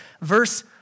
Verse